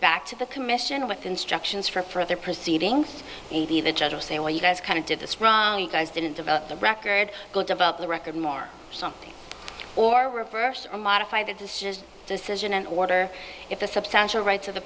back to the commission with instructions for further proceedings in the the judge will say well you guys kind of did this wrong you guys didn't develop the record go develop the record more something or reverse or modify that this just decision and order if the substantial rights of the